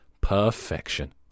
perfection